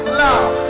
love